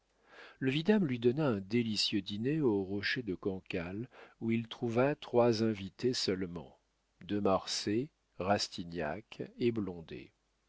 le vidame lui donna un délicieux dîner au rocher de cancale où il trouva trois invités seulement de marsay rastignac et blondet